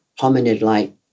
hominid-like